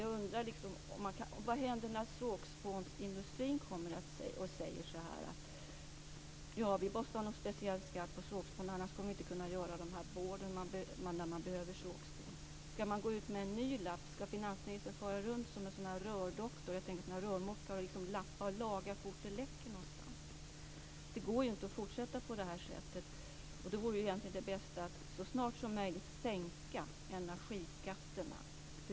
Jag undrar: Vad händer när sågspånsindustrin kommer och säger att de vill ha en speciell skatt på sågspån därför att de annars inte kan göra board? Skall man gå ut med en ny lapp? Skall finansministern fara runt som en rörmokare och lappa och laga så fort det läcker någonstans? Det går inte att fortsätta på det sättet. Det bästa vore att så snart som möjligt sänka energiskatterna.